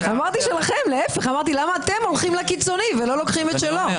שאלתי למה אתם הולכים לקיצוני ולא לוקחים את שלו.